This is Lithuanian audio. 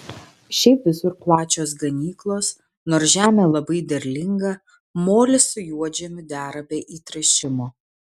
šiaip visur plačios ganyklos nors žemė labai derlinga molis su juodžemiu dera be įtręšimo